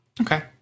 Okay